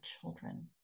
children